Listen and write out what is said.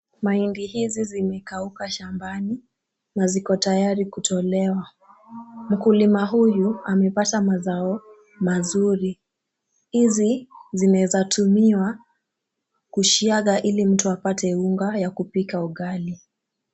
Mahindi haya yamekauka shambani, na yako tayari kutolewa. Mkulima huyu amepata mazao mazuri. Hizi zinaweza tumiwa kusiaga ili mtu apate unga wa kupika ugali.